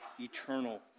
eternal